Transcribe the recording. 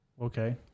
Okay